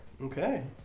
Okay